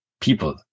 people